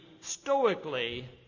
stoically